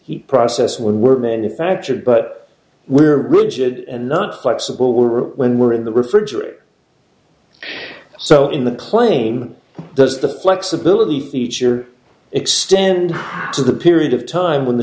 heat process when we're manufactured but we're good and not flexible we were when we were in the refrigerator so in the claim does the flexibility feature extend to the period of time when the